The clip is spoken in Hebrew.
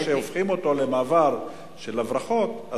ברגע שהופכים אותו למעבר של הברחות,